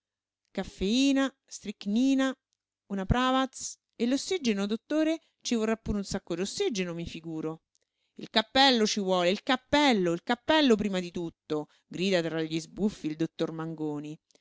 basteranno caffeina stricnina una pravaz e l'ossigeno dottore ci vorrà pure un sacco d'ossigeno mi figuro il cappello ci vuole il cappello il cappello prima di tutto grida tra gli sbuffi il dottor mangoni